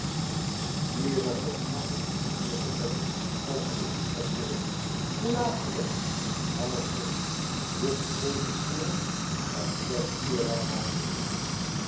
nu is er voor niemand een minuut meer te verliezen vervolgde de inspecteur hoe laat is het half drie dus te zeven uren om zes uur zei marius